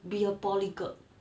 be a polyglot